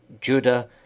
Judah